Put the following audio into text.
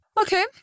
Okay